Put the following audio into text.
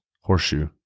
horseshoe